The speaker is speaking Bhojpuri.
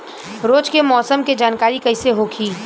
रोज के मौसम के जानकारी कइसे होखि?